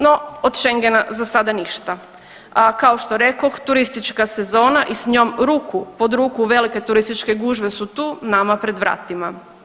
No od Schengena za sada ništa, a kao što rekoh turistička sezona i s njom ruku pod ruku velike turističke gužve su tu nama pred vratima.